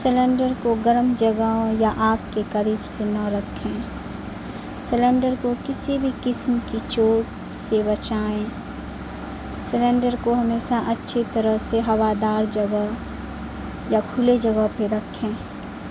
cylinder کو گرم جگہوں یا آگ کے قریب سے نہ رکھیں سلینڈر کو کسی بھی قسم کی چوٹ سے بچائیں سلینڈر کو ہمیشہ اچھی طرح سے ہوادار جگہ یا کھلے جگہ پہ رکھیں